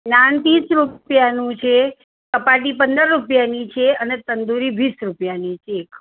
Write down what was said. નાન ત્રીસ રૂપિયાનું છે ચપાતી પંદર રૂપિયાની છે અને તંદુરી વીસ રૂપિયાની છે એક